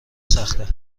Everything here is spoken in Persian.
سخته